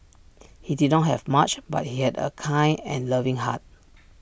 he did not have much but he had A kind and loving heart